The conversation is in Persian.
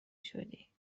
شدی